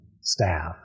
staff